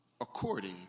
according